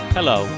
Hello